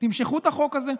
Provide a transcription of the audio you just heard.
תמשכו את החוק הזה,